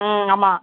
ம் ஆமாம்